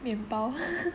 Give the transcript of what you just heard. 面包